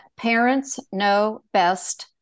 parentsknowbest